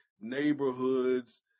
neighborhoods